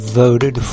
voted